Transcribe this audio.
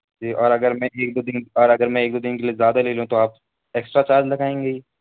اور اگر میں ایک دو دن اور اگر میں ایک دو دن کے لیے زیادہ لے لوں تو آپ ایکسٹرا چارج لگائیں گے ہی